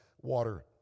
water